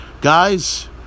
Guys